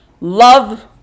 love